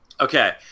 Okay